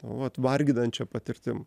vat varginančia patirtim